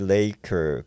Laker